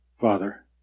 Father